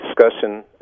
discussion